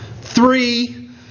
three